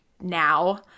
now-